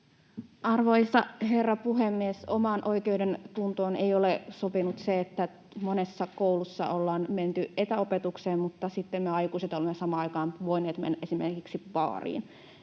Arvoisa herra puhemies! Omaan oikeudentuntooni ei ole sopinut se, että monessa koulussa ollaan menty etäopetukseen mutta sitten me aikuiset olemme samaan aikaan voineet mennä esimerkiksi baariin.